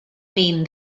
mean